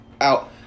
out